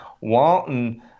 wanting